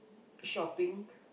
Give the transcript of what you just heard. shopping